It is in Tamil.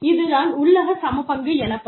இது தான் உள்ளக சமபங்கு எனப்படும்